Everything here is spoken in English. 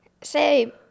say –